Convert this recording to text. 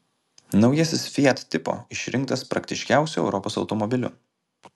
naujasis fiat tipo išrinktas praktiškiausiu europos automobiliu